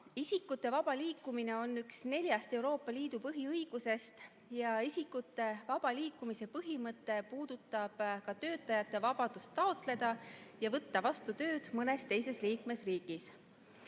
isikute vaba liikumine on üks neljast Euroopa Liidu põhiõigusest ja isikute vaba liikumise põhimõte puudutab ka töötajate vabadust taotleda ja võtta vastu tööd mõnes teises liikmesriigis.